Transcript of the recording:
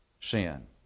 sin